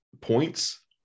points